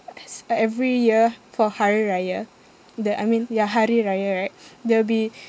uh as uh every year for hari raya the I mean ya hari raya right there'll be